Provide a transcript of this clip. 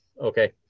Okay